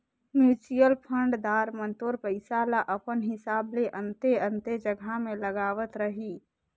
mutual fund दार मन तोर पइसा ल अपन हिसाब ले अन्ते अन्ते जगहा में लगावत रहीं